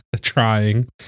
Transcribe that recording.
trying